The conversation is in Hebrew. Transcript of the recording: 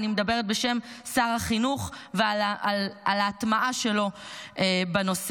אני מדברת בשם שר החינוך על ההטמעה שלו בנושא.